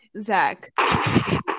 Zach